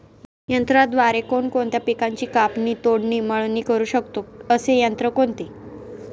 यंत्राद्वारे कोणकोणत्या पिकांची कापणी, तोडणी, मळणी करु शकतो, असे यंत्र कोणते?